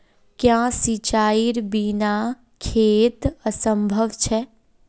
क्याँ सिंचाईर बिना खेत असंभव छै?